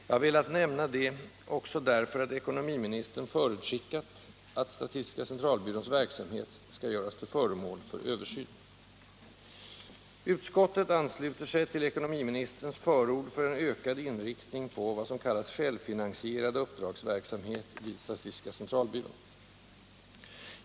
Jag har velat nämna detta också därför att ekonomiministern förutskickade att statistiska centralbyråns verksamhet skall göras till föremål för översyn. Utskottet ansluter sig till ekonomiministerns förord för en ökad inriktning på ”självfinansierad uppdragsverksamhet” vid statistiska centralbyrån.